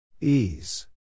Ease